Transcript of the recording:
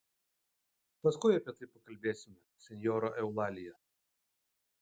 paskui apie tai pakalbėsime senjora eulalija